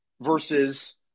versus